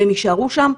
והם יישארו שם,